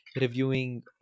reviewing